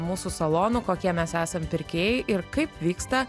mūsų salonų kokie mes esam pirkėjai ir kaip vyksta